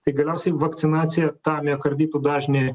tai galiausiai vakcinacija tą miokarditų dažnį